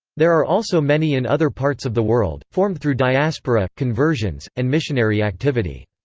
there are also many in other parts of the world, formed through diaspora, conversions, and missionary activity.